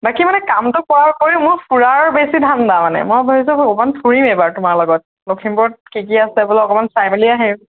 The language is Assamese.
বাকী মানে কামটো কৰা কৰি মোৰ ফুুৰাৰ বেছি ধান্দা মানে মই ভাবিছোঁ মই অকণমান ফুৰিম এইবাৰ তোমাৰ লগত লখিমপুৰত কি কি আছে বোলে অকণমান চাই মেলি আহিম